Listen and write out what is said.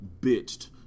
bitched